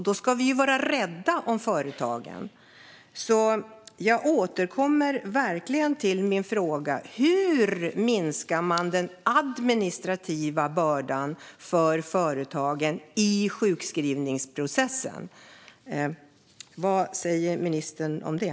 Vi ska vara rädda om företagen. Jag måste verkligen återkomma till min fråga: Hur minskar man den administrativa bördan för företagen i sjukskrivningsprocessen? Vad säger ministern om det?